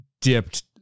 dipped